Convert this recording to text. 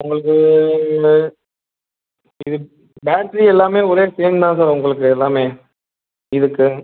உங்களுக்கு இது பேட்ரி எல்லாமே ஒரே சேம் தான் சார் உங்களுக்கு எல்லாமே இதுக்கு